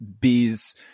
Bees